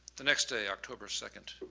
the next day, october second.